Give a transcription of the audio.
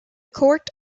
court